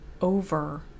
over